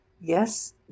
Yes